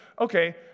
okay